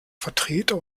vertreter